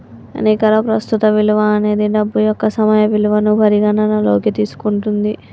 నికర ప్రస్తుత విలువ అనేది డబ్బు యొక్క సమయ విలువను పరిగణనలోకి తీసుకుంటది